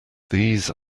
these